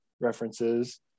references